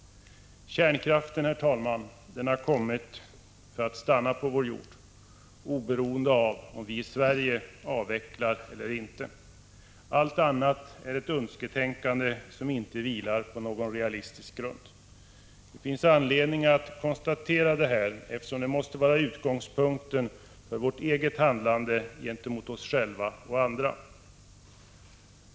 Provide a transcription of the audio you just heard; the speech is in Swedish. Herr talman! Kärnkraften har kommit för att stanna på vår jord oberoende av om vi i Sverige avvecklar eller inte. Allt annat är ett önsketänkande, som inte vilar på någon realistisk grund. Det finns anledning att konstatera detta, eftersom det måste vara utgångspunkten för vårt eget handlande gentemot oss själva och andra.